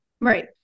Right